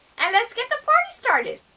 and let's get the party started!